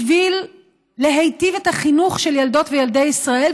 בשביל להיטיב את החינוך של ילדות וילדי ישראל,